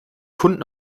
kunden